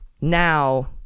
now